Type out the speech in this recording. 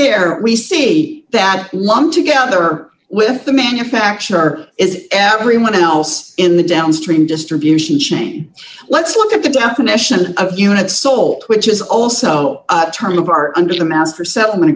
there we see that lump together with the manufacturer is everyone else in the downstream distribution chain let's look at the definition of units sold which is also a term of art under the master settlement